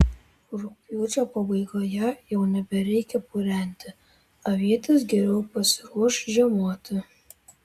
rugpjūčio pabaigoje jau nebereikia purenti avietės geriau pasiruoš žiemoti